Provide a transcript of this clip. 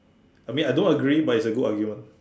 I mean I don't agree but it's a good argument